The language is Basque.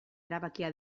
erabakia